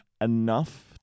enough